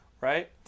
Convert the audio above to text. right